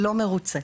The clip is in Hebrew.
שלא מרוצה.